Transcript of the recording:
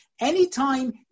Anytime